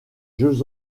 jeux